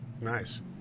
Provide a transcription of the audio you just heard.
Nice